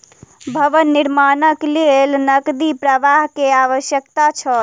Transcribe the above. भवन निर्माणक लेल नकदी प्रवाह के आवश्यकता छल